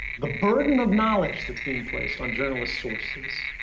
the burden of knowledge that's being placed on journalists' sources